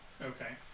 Okay